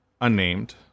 unnamed